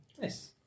Nice